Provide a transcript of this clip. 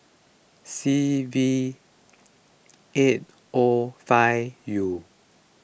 C V eight O five U